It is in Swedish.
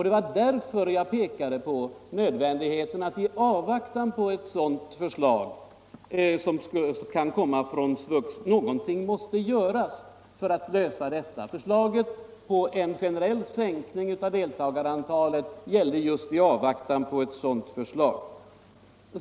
Det var därför jag pekade på nödvändigheten att göra någonting i avvaktan på ett förslag från SVUX. En generell sänkning av deltagarantalet föreslås just i avvaktan på ett sådant förslag.